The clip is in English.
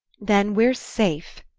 then we're safe!